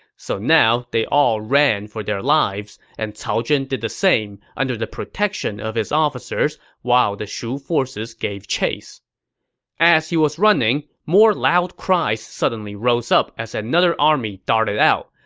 so now, they all just ran for their lives, and cao zhen did the same under the protection of his officers while the shu forces gave chase as he was running, more loud cries suddenly rose up as another army darted out.